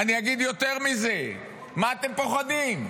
אגיד יותר מזה, ממה אתם פוחדים?